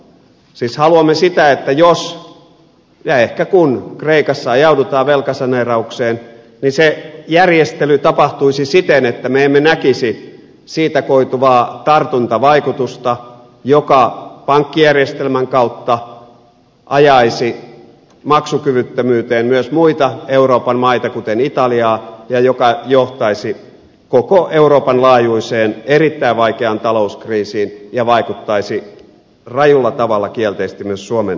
siis haluamme sitä että jos ja ehkä kun kreikassa ajaudutaan velkasaneeraukseen niin se järjestely tapahtuisi siten että me emme näkisi siitä koituvaa tartuntavaikutusta joka pankkijärjestelmän kautta ajaisi maksukyvyttömyyteen myös muita euroopan maita kuten italiaa ja joka johtaisi koko euroopan laajuiseen erittäin vaikeaan talouskriisiin ja vaikuttaisi rajulla tavalla kielteisesti myös suomen talouteen